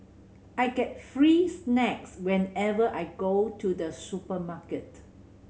I get free snacks whenever I go to the supermarket